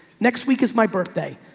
next week is my birthday.